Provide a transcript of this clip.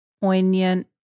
poignant